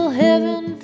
heaven